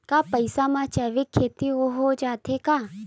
कम पईसा मा जैविक खेती हो जाथे का?